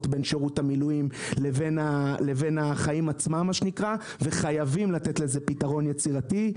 בין שירות המילואים לבין החיים עצמם וחייבים לתת לזה פתרון יצירתי,